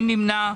מי נמנע?